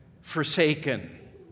forsaken